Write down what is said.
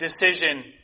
decision